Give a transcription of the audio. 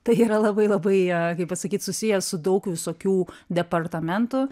tai yra labai labai kaip pasakyt susijęs su daug visokių departamentų